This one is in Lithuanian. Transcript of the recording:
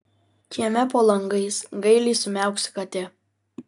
kieme po langais gailiai sumiauksi katė